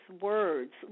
words